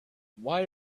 why